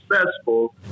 successful